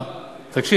תודה,